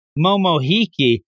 Momohiki